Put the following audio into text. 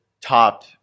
top